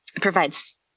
provides